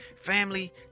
Family